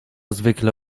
zwykle